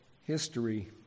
history